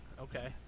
Okay